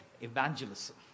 evangelism